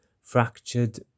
fractured